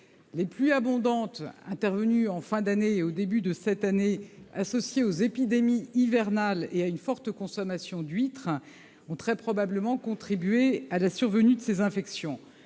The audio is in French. Les pluies abondantes intervenues en fin d'année et au début de cette année, associées aux épidémies hivernales et à une forte consommation d'huîtres, ont très probablement contribué à la survenue de ces infections.